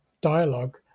dialogue